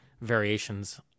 variations